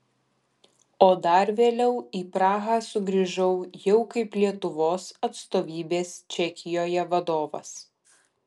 o dar vėliau į prahą sugrįžau jau kaip lietuvos atstovybės čekijoje vadovas